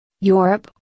Europe